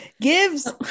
Gives